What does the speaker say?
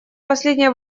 последнее